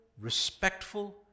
respectful